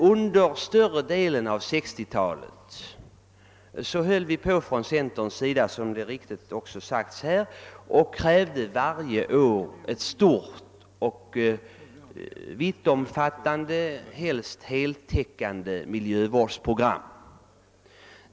Under större delen av 1960-talet krävde vi som det också mycket riktigt sagts här varje år ett stort, vittomfattande och helst heltäckande miljövårdsprogram.